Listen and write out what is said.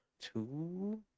two